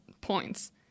points